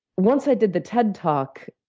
once i did the ted talk,